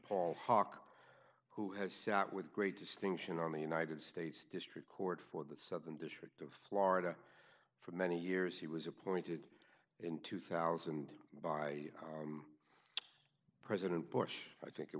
paul hock who has sat with great distinction on the united states district court for the southern district of florida for many years he was appointed in two thousand by president bush i think it